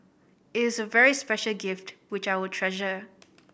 it is a very special gift which I will treasure